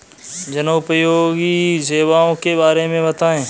जनोपयोगी सेवाओं के बारे में बताएँ?